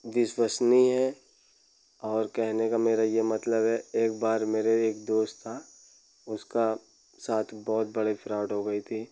विश्वसनीय है और कहने का मेरा ये मतलब है एक बार मेरे एक दोस्त था उसका साथ बहुत बड़ी फ्रॉड हो गई थी